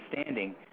standing